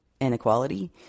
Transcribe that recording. inequality